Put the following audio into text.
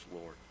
Lord